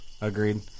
Agreed